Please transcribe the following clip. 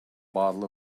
bottle